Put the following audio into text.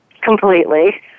Completely